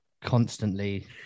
constantly